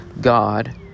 God